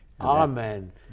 Amen